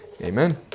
Amen